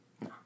No